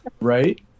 Right